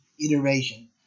iteration